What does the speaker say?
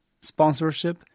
sponsorship